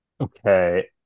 Okay